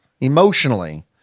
emotionally